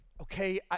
Okay